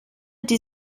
die